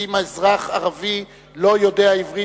שאם האזרח ערבי לא יודע עברית,